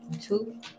two